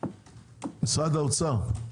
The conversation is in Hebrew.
משרד האוצר,